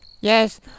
Yes